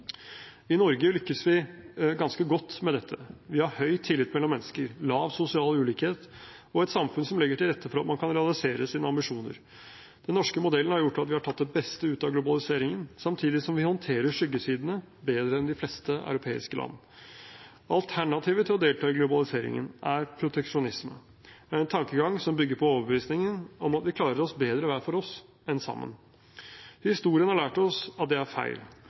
I Norge lykkes vi ganske godt med dette. Vi har høy tillit mellom mennesker, lav sosial ulikhet og et samfunn som legger til rette for at man kan realisere sine ambisjoner. Den norske modellen har gjort at vi har tatt det beste ut av globaliseringen, samtidig som vi håndterer skyggesidene bedre enn de fleste europeiske land. Alternativet til å delta i globaliseringen er proteksjonisme – en tankegang som bygger på overbevisningen om at vi klarer oss bedre hver for oss, enn sammen. Historien har lært oss at det er feil.